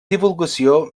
divulgació